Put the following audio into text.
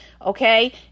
okay